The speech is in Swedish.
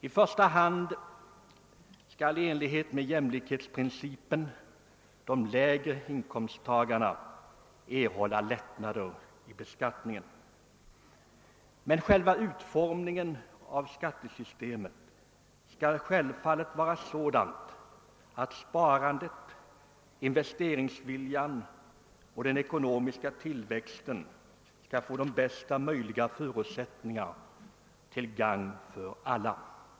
I första hand skall i enlighet med jämlikhetsprincipen de lägre inkomsttagarna erhålla lättnader i beskattningen, men utformningen av skattesystemet skall självfallet vara sådant att sparandet, investeringsviljan och den ekonomiska tillväxten får bästa möjliga förutsättningar, till gagn för alla.